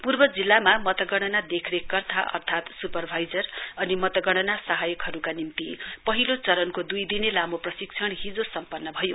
पूर्व जिल्लामा मतगणना देख रेखकर्ता अर्थात स्परभाइजर अनि सहायकहरूका निम्ति पहिलो चरणको द्ई दिने लामो प्रशिक्षण हिजो सम्पन्न भयो